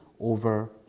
over